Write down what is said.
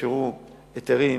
שיאפשר היתרים